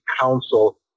council